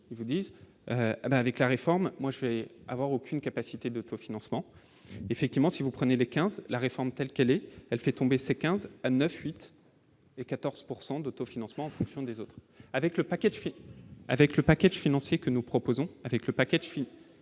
vous disent : avec la réforme, moi je vais avoir aucune capacité d'autofinancement effectivement si vous prenez des 15, la réforme telle qu'elle est, elle, fait tomber ses 15 à 9 8 et 14 pourcent d'autofinancement en fonction des autres avec le package avec le package financier que nous proposons avec le paquet de